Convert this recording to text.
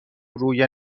روی